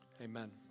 amen